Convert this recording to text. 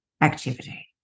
activity